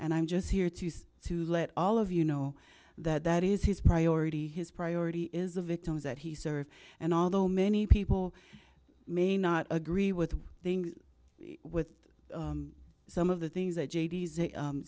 and i'm just here to use to let all of you know that that is his priority his priority is the victims that he serves and although many people may not agree with things with some of the things